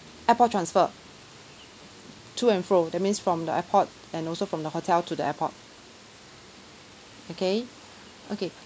airport transfer to and fro that means from the airport and also from the hotel to the airport okay okay